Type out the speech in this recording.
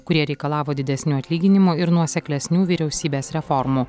kurie reikalavo didesnių atlyginimų ir nuoseklesnių vyriausybės reformų